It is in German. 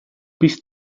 bis